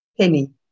Penny